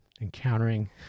encountering